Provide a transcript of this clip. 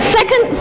Second